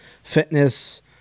fitness